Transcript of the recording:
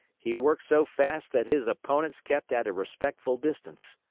he worked so fast that his opponents kept at a respectful distance.